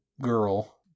girl